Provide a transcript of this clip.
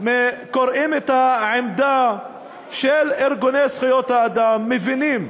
כשקוראים את העמדה של ארגוני זכויות האדם מבינים